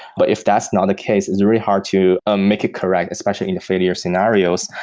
but if that's not the case, it's very hard to ah make it correct especially in the failure scenarios.